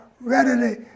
readily